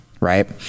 right